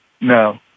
No